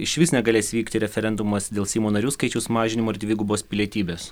išvis negalės vykti referendumas dėl seimo narių skaičiaus mažinimo ir dvigubos pilietybės